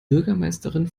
bürgermeisterin